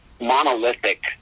monolithic